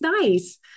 nice